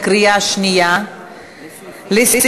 (הגנה על בעלי-חיים) (תיקון מס' 10) בקריאה שנייה.